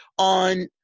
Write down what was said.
on